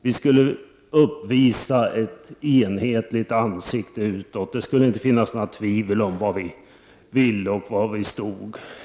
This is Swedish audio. Vi skulle uppvisa ett enhetligt ansikte utåt, det skulle inte finnas några tvivel om vad vi ville och var vi stod.